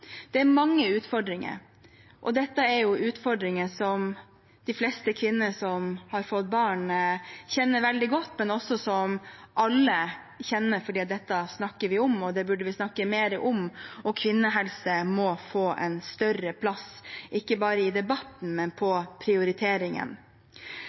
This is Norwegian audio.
Det er mange utfordringer, og dette er utfordringer de fleste kvinner som har fått barn, kjenner veldig godt, men som alle også kjenner til fordi vi snakker om det. Vi burde snakke mer om det. Kvinnehelse må få en større plass ikke bare i debatten, men